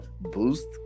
boost